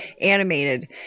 animated